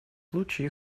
случае